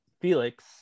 Felix